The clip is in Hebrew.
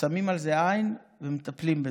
שמים על זה עין ומטפלים בזה.